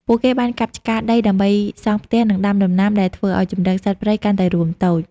ពួកគេបានកាប់ឆ្ការដីដើម្បីសង់ផ្ទះ និងដាំដំណាំ ដែលធ្វើឱ្យជម្រកសត្វព្រៃកាន់តែរួមតូច។